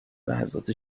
لحظات